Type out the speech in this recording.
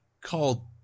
called